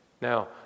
Now